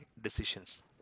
decisions